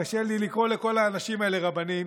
קשה לי לקרוא לכל האנשים האלה רבנים: